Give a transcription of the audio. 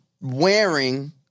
wearing